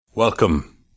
Welcome